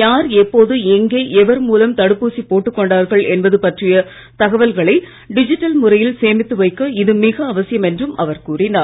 யார் எப்போது எங்கே எவர் மூலம் தடுப்பூசி போட்டுக் கொண்டார்கள் என்பது பற்றிய தகவல்களை டிஜிட்டல் முறையில் சேமித்து வைக்க இது மிக அவசியம் என்றும் அவர் கூறினார்